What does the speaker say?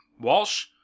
Walsh